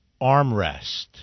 armrest